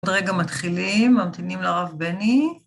עוד רגע מתחילים, ממתינים לרב בני.